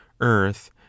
earth